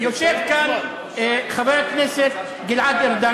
יושב כאן חבר הכנסת גלעד ארדן,